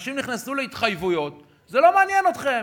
אנשים נכנסו להתחייבויות, זה לא מעניין אתכם.